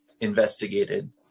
investigated